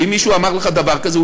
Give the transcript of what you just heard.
ואם מישהו אמר לך דבר כזה,